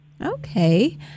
Okay